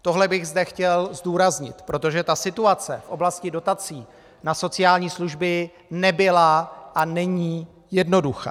Tohle bych zde chtěl zdůraznit, protože situace v oblasti dotací na sociální služby nebyla a není jednoduchá.